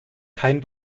kein